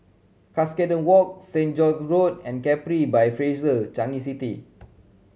Cuscaden Walk Saint George Road and Capri by Fraser Changi City